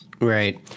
right